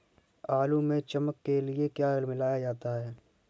आलू में चमक के लिए क्या मिलाया जाता है?